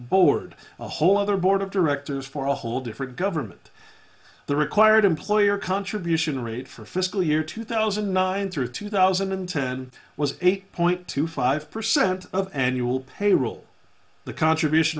board a whole other board of directors for a whole different government the required employer contribution rate for fiscal year two thousand and nine through two thousand and ten was eight point two five percent of annual payroll the contribution